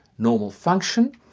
normal function,